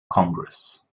congress